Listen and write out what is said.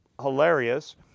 hilarious